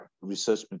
research